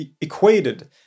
equated